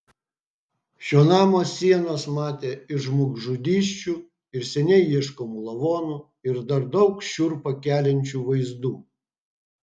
šio namo sienos matė ir žmogžudysčių ir seniai ieškomų lavonų ir dar daug šiurpą keliančių vaizdų